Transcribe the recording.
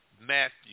Matthew